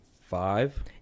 five